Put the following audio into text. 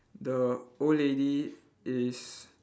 the old lady is